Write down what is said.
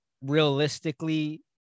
realistically